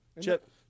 Chip